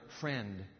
friend